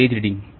तो page reading